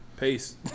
Peace